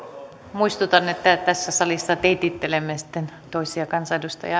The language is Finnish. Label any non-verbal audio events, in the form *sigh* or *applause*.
muistutan että tässä salissa teitittelemme sitten toisia kansanedustajia *unintelligible*